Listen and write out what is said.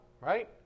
right